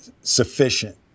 sufficient